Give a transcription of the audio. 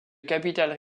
capital